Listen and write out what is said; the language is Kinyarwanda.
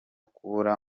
kubura